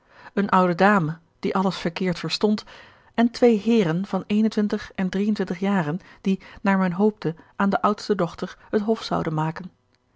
eene oude dame die alles verkeerd verstond en twee heeren van en jaren die naar men hoopte aan de oudste dochter het hof zouden maken